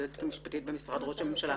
היועצת המשפטית במשרד ראש הממשלה.